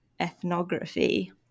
ethnography